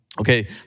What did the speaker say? Okay